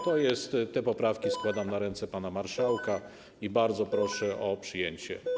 Te poprawki składam na ręce pana marszałka i bardzo proszę o przyjęcie.